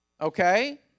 Okay